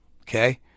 Okay